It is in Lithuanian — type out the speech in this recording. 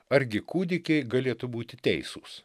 argi kūdikiai galėtų būti teisūs